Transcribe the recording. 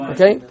Okay